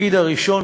היושב-ראש,